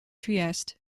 trieste